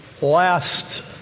Last